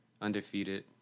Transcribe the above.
undefeated